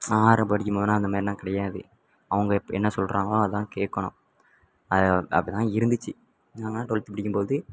ஆறாவது படிக்கும் போதெல்லாம் அந்தமாதிரில்லாம் கிடையாது அவங்க எப் என்ன சொல்கிறாங்களோ அதுதான் கேட்கணும் அது அப் அப்படிதான் இருந்துச்சு நாங்களாம் ட்வல்த்து படிக்கும்போது